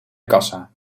kassa